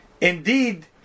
indeed